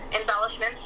embellishments